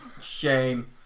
shame